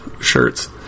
shirts